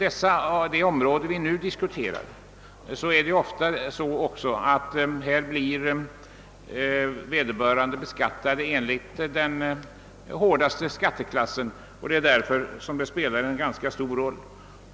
På det område vi nu diskuterar blir vederbörande också ofta beskattad enligt den hårdaste skatteklassen, och reglerna på detta avsnitt av skattelagstiftningen spelar därför en ganska stor roll.